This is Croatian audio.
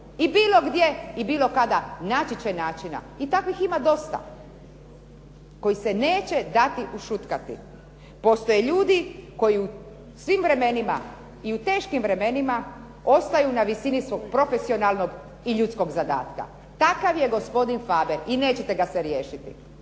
i bilo gdje i bilo kada naći će načina. I takvih ima dosta koji se neće dati ušutkati. Postoje ljudi koji u svim vremenima i u teškim vremenima ostaju na visini svog profesionalnog i ljudskog zadatka. Takav je gospodin Faber i nećete ga se riješiti.